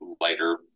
lighter